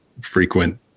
frequent